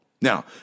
Now